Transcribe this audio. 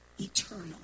eternal